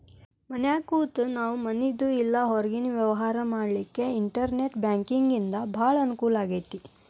ಮನ್ಯಾಗ್ ಕೂತ ನಾವು ಮನಿದು ಇಲ್ಲಾ ಹೊರ್ಗಿನ್ ವ್ಯವ್ಹಾರಾ ಮಾಡ್ಲಿಕ್ಕೆ ಇನ್ಟೆರ್ನೆಟ್ ಬ್ಯಾಂಕಿಂಗಿಂದಾ ಭಾಳ್ ಅಂಕೂಲಾಗೇತಿ